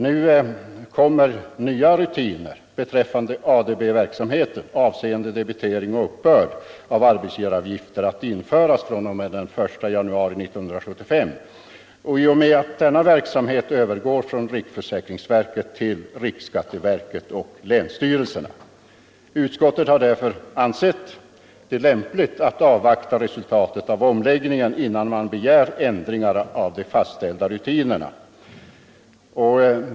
Nu kommer nya rutiner beträffande ADB-verksamheten avseende debitering och uppbörd av arbetsgivaravgifter att införas fr.o.m. den 1 januari 1975 i och med att denna verksamhet övergår från riksförsäkringsverket till riksskatteverket och länsstyrelserna. Utskottet har därför ansett det lämpligt att avvakta resultatet av omläggningen innan man begär ändringar av de fastställda rutinerna.